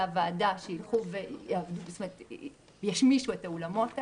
הוועדה שישמישו את האולמות האלה,